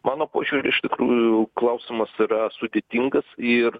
mano požiūriu iš tikrųjų klausimas yra sudėtingas ir